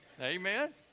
Amen